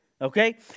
Okay